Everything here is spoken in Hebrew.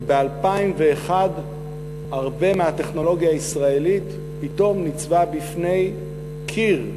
וב-2001 הרבה מהטכנולוגיה הישראלית פתאום ניצבה בפני קיר,